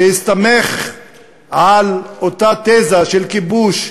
שהסתמך על אותה תזה של כיבוש,